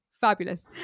Fabulous